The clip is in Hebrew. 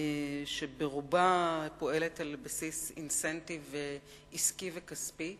שברובה פועלת על בסיס אינסנטיב עסקי וכספי.